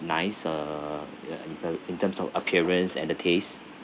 nice err uh uh in terms of appearance and the taste